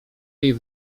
jej